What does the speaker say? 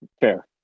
Fair